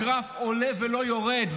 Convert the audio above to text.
הגרף עולה ולא יורד,